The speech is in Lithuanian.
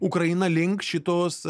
ukrainą link šitos